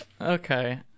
Okay